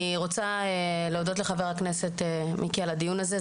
אני רוצה להודות לחבר הכנסת מיקי זוהר על הדיון הזה.